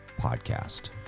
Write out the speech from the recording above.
podcast